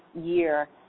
year